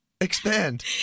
expand